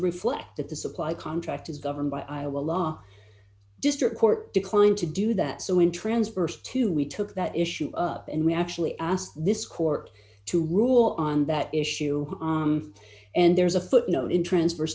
reflect that the supply contract is governed by iowa law district court declined to do that so in transverse to we took that issue up and we actually asked this court to rule on that issue and there's a footnote in transfers